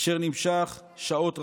אשר נמשך שעות רבות.